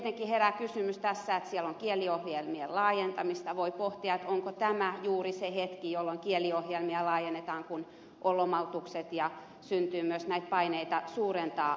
tietenkin herää kysymys tässä kun siellä on kieliohjelmien laajentamista voi pohtia onko tämä juuri se hetki jolloin kieliohjelmia laajennetaan kun on lomautukset ja syntyy myös näitä paineita suurentaa luokkakokoja